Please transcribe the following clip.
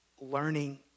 learning